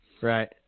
Right